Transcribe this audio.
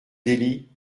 delhi